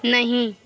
नहीं